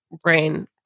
brain